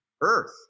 earth